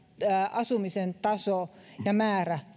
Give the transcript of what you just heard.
asumisen taso ja asuntojen määrä